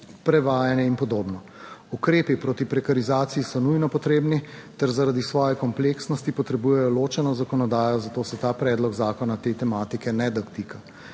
prevajanje in podobno. Ukrepi proti prekarizaciji so nujno potrebni ter zaradi svoje kompleksnosti potrebujejo ločeno zakonodajo, zato se ta predlog zakona te tematike ne dotika.